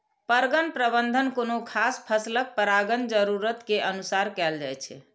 परगण प्रबंधन कोनो खास फसलक परागण जरूरत के अनुसार कैल जाइ छै